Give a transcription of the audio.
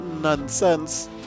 nonsense